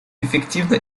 эффективно